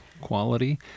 quality